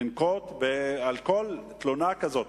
לנקוט בכל תלונה כזאת,